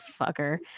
fucker